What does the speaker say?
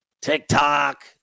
TikTok